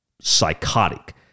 psychotic